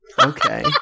Okay